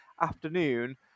afternoon